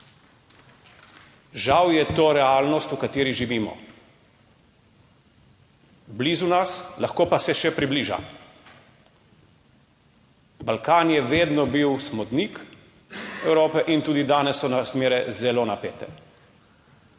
Žal je to realnost, v kateri živimo, blizu nas, lahko pa se še približa. Balkan je vedno bil smodnik Evrope in tudi danes so razmere zelo napete.